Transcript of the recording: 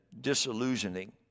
disillusioning